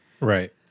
right